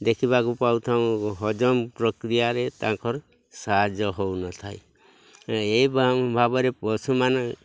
ଦେଖିବାକୁ ପାଉଥାଉଁ ହଜମ ପ୍ରକ୍ରିୟାରେ ତାଙ୍କର ସାହାଯ୍ୟ ହଉନଥାଏ ଏଇ ଭାବରେ ପଶୁମାନେ